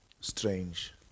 strange